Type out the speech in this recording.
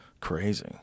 Crazy